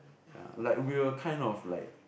ya like we'll kind of like